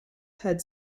had